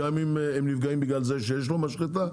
גם אם הם נפגעים בגלל זה שיש לו משחטה,